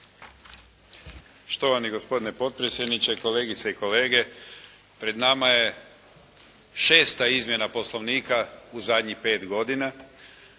Štovani gospodine potpredsjedniče, kolegice i kolege, pred nama je šesta izmjena Poslovnika u zadnjih 5. godina,